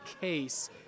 case